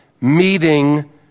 meeting